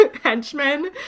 henchmen